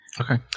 Okay